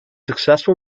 successful